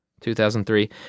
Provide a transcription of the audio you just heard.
2003